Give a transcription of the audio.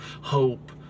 hope